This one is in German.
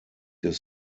des